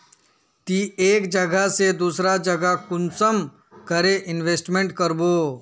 ती एक जगह से दूसरा जगह कुंसम करे इन्वेस्टमेंट करबो?